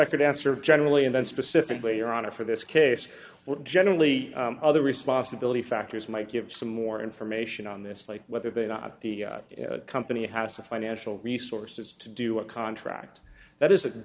i could answer generally and then specifically your honor for this case well generally other responsibility factors might give some more information on this like whether they are not the company has a financial resources to do a contract that is a